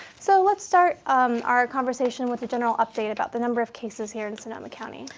so, let's start um our conversation with the general update about the number of cases here in sonoma county.